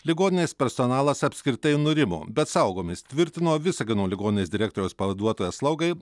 ligoninės personalas apskritai nurimo bet saugomės tvirtino visagino ligoninės direktoriaus pavaduotoja slaugai